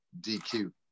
DQ